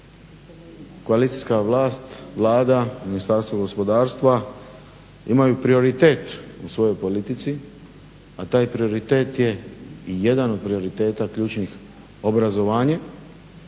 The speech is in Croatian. Koalicijska vlast, Vlada, Ministarstvo gospodarstva imaju prioritet u svojoj politici, a taj prioritet je jedan od prioritet ključnih obrazovanje,